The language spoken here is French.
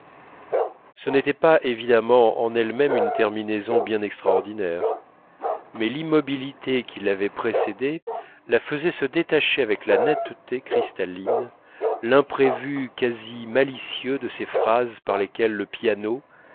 ce n'était pas évidemment en elle-même une terminaison bien extraordinaire mais l'immobilité qui l'avait précédée la faisait se détacher avec la netteté cristalline l'imprévu quasi malicieux de ces phrases par lesquelles le piano